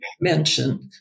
mentioned